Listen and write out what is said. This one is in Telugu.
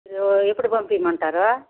మీరు ఎప్పుడు పంపమంటారు